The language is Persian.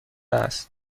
است